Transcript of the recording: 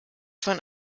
von